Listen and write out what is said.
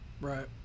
right